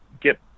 get